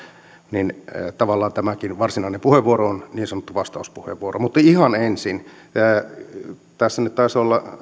niin tavallaan tämäkin varsinainen puheenvuoro on niin sanottu vastauspuheenvuoro mutta ihan ensin tässä nyt taisi olla